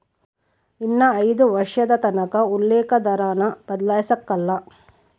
ಇನ್ನ ಐದು ವರ್ಷದತಕನ ಉಲ್ಲೇಕ ದರಾನ ಬದ್ಲಾಯ್ಸಕಲ್ಲ